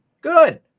Good